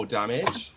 damage